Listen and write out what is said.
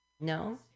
No